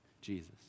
Jesus